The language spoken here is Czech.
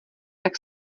tak